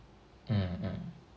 mm mm